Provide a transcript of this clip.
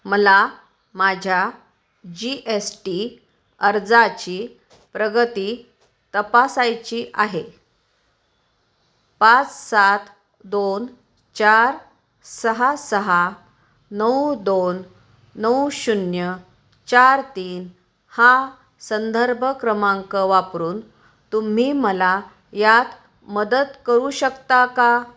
मला माझ्या G S T अर्जाची प्रगती तपासायची आहे पाच सात दोन चार सहा सहा नऊ दोन नऊ शून्य चार तीन हा संदर्भ क्रमांक वापरून तुम्ही मला यात मदत करू शकता का